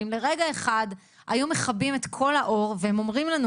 ואם לרגע אחד היו מכבים את כל האור והם אומרים לנו,